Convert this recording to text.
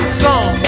song